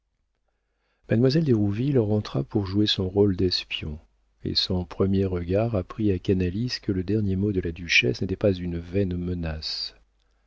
d'hérouville rentra pour jouer son rôle d'espion et son premier regard apprit à canalis que le dernier mot de la duchesse n'était pas une vaine menace